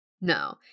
No